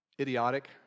idiotic